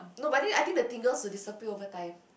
no but then I think the tingles will disappear over time